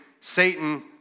Satan